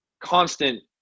constant